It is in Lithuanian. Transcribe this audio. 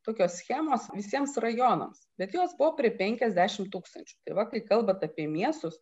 tokios schemos visiems rajonams bet jos buvo prei penkiasedšimt tūkstančių tai va kai kalbant apie miestus